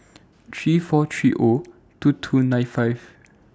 three four three O two two nine five